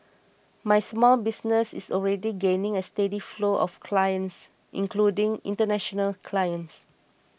my small business is already gaining a steady flow of clients including international clients